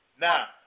Now